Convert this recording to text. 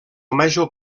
major